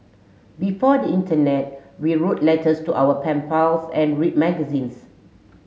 before the internet we wrote letters to our pen pals and read magazines